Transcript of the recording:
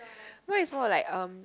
mine is more like um